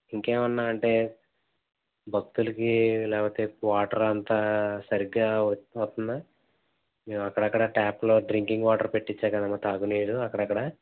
ఇంకా ఏమైనా అంటే భక్తులకి లేకపోతే వాటర్ అంతా సరిగ్గా వ వస్తుందా అక్కడక్కడా ట్యాప్లు డ్రింకింగ్ వాటర్ పెట్టించాను కదమ్మా త్రాగు నీరు అక్కడక్కడా